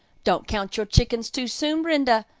don't count your chickens too soon, brenda,